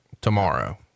tomorrow